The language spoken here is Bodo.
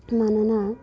मानोना